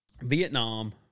Vietnam